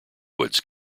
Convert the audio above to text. woods